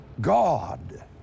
God